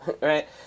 right